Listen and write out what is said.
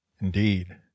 Indeed